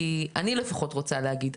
אני לפחות רוצה להגיד,